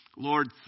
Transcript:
Lord